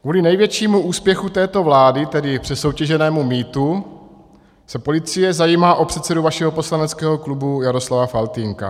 Kvůli největšímu úspěchu této vlády, tedy přesoutěženému mýtu, se policie zajímá o předsedu vašeho poslaneckého klubu Jaroslava Faltýnka.